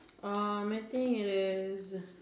or matting it is